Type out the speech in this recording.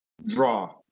draw